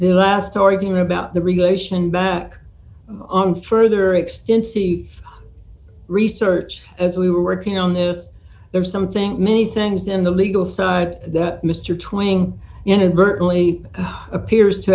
the last story being about the relation back on further extent see research as we were working on this there's something many things in the legal side that mr twinging inadvertently appears to